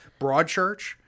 Broadchurch